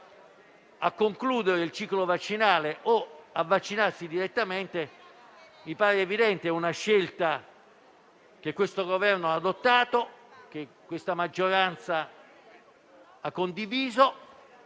a concludere il ciclo vaccinale o a vaccinarsi direttamente, mi pare evidente: è una scelta che questo Governo ha adottato, che la maggioranza ha condiviso